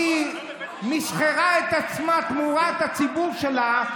כך שהיא מסחרה את עצמה תמורת הציבור שלה,